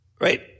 Right